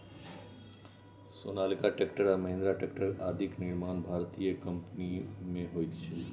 Sonalika tractor आ Mahindra tractor आदिक निर्माण भारतीय कम्पनीमे होइत छै